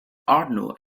arnold